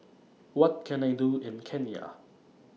What Can I Do in Kenya